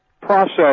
process